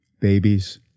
Babies